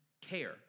care